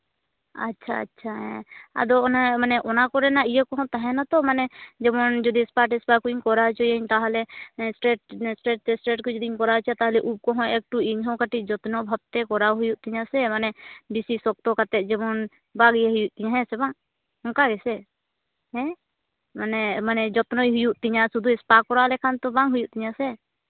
ᱟᱪᱪᱷᱟ ᱟᱪᱪᱷᱟ ᱟᱫᱚ ᱚᱱᱟ ᱢᱟᱱᱮ ᱚᱱᱟ ᱠᱚᱨᱮᱱᱟᱜ ᱤᱭᱟᱹ ᱠᱚ ᱛᱟᱦᱮᱱᱟᱛᱚ ᱡᱮᱢᱚᱱ ᱡᱩᱫᱤ ᱥᱯᱟ ᱴᱮᱥᱯᱟ ᱠᱚᱧ ᱠᱚᱨᱟᱣ ᱦᱚᱪᱚᱭᱟᱹᱧ ᱛᱟᱦᱞᱮ ᱥᱴᱨᱮᱴ ᱛᱷᱮᱥᱴᱨᱮᱴ ᱠᱚ ᱡᱩᱫᱤᱧ ᱠᱚᱨᱟᱣ ᱦᱚᱪᱚᱭᱟ ᱛᱟᱦᱞᱮ ᱩᱵ ᱠᱚᱦᱚᱸ ᱮᱠᱴᱩ ᱤᱧᱦᱚᱸ ᱠᱟᱹᱴᱤᱡ ᱡᱚᱛᱱᱚ ᱵᱷᱟᱵᱽᱛᱮ ᱠᱚᱨᱟᱣ ᱦᱩᱭᱩᱜ ᱛᱤᱧᱟᱹ ᱥᱮ ᱵᱮᱥᱤ ᱥᱚᱠᱛᱚ ᱠᱟᱛᱮᱫ ᱡᱮᱢᱚᱱ ᱵᱟᱝ ᱤᱭᱟᱹ ᱦᱩᱭᱩᱜ ᱛᱤᱧᱟ ᱦᱮᱸᱥᱮ ᱵᱟᱝ ᱱᱚᱝᱠᱟ ᱜᱮᱥᱮ ᱦᱮᱸ ᱢᱟᱱᱮ ᱢᱟᱱᱮ ᱡᱚᱛᱱᱚᱭ ᱦᱩᱭᱩᱜ ᱛᱤᱧᱟᱹ ᱥᱩᱫᱷᱩ ᱥᱯᱟ ᱠᱚᱨᱟᱣ ᱞᱮᱠᱷᱟᱱ ᱵᱟᱝ ᱦᱩᱭᱩᱜ ᱛᱤᱧᱟᱹ ᱥᱮ